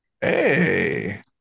Hey